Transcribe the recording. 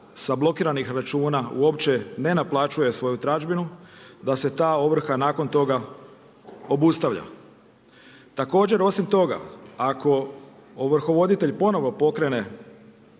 sa blokiranih računa uopće ne naplaćuje svoju tražbinu da se ta ovrha nakon toga obustavlja. Također osim toga ako ovrhovoditelj ponovo pokrene